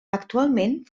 actualment